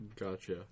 Gotcha